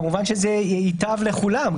כמובן שזה ייטב לכולם,